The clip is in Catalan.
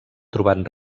trobat